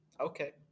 Okay